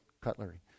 cutlery